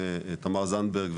תמר זנדברג,